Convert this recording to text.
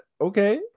okay